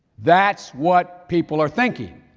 that's what people are thinking.